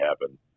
happen